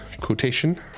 quotation